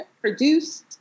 produced